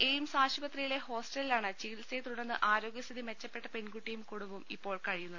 AIIMS ആശുപത്രിയിലെ ഹോസ്റ്റലിലാണ് ചികിത്സയെ തുടർന്ന് ആരോഗ്യ സ്ഥിതി മെച്ചപ്പെട്ട പെൺകുട്ടിയും കുടുംബവും ഇപ്പോൾ കഴിയുന്നത്